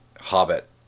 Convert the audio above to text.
Hobbit